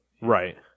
Right